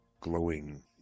glowing